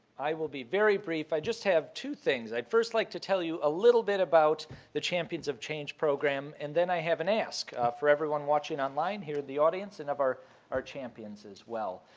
i will be very brief. i just have two things. i'd first like to tell you a little bit about the champions of change program. and then i have an ask for everyone watching online here, the audience, and of our our champions as well.